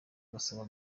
gasaba